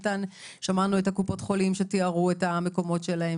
שמענו את קופות החולים שתיארו את המקומות שלהם.